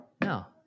No